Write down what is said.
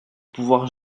pouvoir